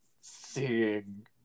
seeing